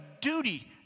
duty